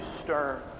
stern